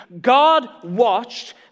God-watched